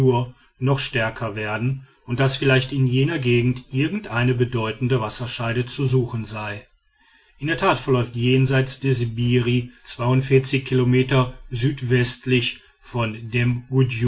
noch stärker werde und daß vielleicht in jener gegend irgendeine bedeutende wasserscheide zu suchen sei in der tat verläuft jenseits des biri kilometer südwestlich von